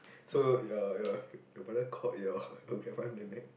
so your your you brother caught your